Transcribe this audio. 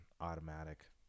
automatic